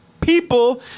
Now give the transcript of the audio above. people